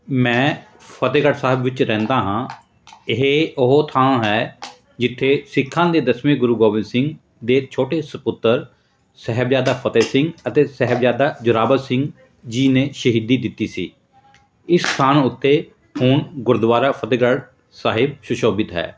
ਮੈਂ ਫਤਿਹਗੜ੍ਹ ਸਾਹਿਬ ਵਿੱਚ ਰਹਿੰਦਾ ਹਾਂ ਇਹ ਉਹ ਥਾਂ ਹੈ ਜਿੱਥੇ ਸਿੱਖਾਂ ਦੇ ਦਸਵੇਂ ਗੁਰੂ ਗੋਬਿੰਦ ਸਿੰਘ ਦੇ ਛੋਟੇ ਸਪੁੱਤਰ ਸਾਹਿਬਜ਼ਾਦਾ ਫਤਿਹ ਸਿੰਘ ਅਤੇ ਸਾਹਿਬਜ਼ਾਦਾ ਜੋਰਾਵਰ ਸਿੰਘ ਜੀ ਨੇ ਸ਼ਹੀਦੀ ਦਿੱਤੀ ਸੀ ਇਸ ਸਥਾਨ ਉੱਤੇ ਹੁਣ ਗੁਰਦੁਆਰਾ ਫਤਿਹਗੜ੍ਹ ਸਾਹਿਬ ਸੁਸ਼ੋਭਿਤ ਹੈ